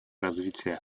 развития